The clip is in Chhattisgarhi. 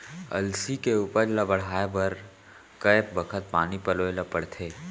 अलसी के उपज ला बढ़ए बर कय बखत पानी पलोय ल पड़थे?